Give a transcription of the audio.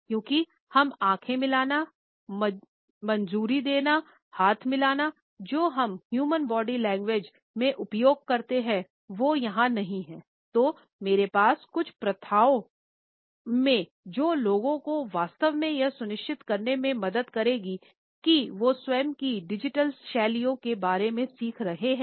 क्योंकि हम आँख मिलाना मंजूरी देना हाथ मिलाना जो हम ह्यूमन बॉडी लैंग्वेज का उपयोग समझदारी से कर रहे हैं